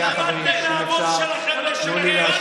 שנייה חברים, אם אפשר, תנו לי להשלים.